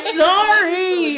sorry